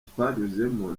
twanyuzemo